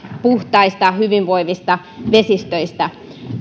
puhtaista hyvinvoivista vesistöistä